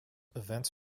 events